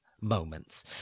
moments